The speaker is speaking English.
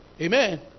Amen